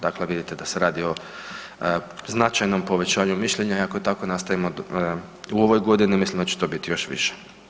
Dakle, vidite da se radi o značajnom povećanju mišljenja i ako tako nastavimo i u ovoj godini mislim da će to biti još više.